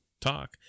talk